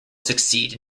succeed